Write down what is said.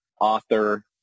author